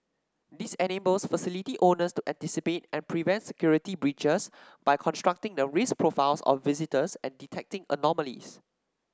this enables facility owners to anticipate and prevent security breaches by constructing the risk profiles of visitors and detecting anomalies